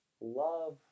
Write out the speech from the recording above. love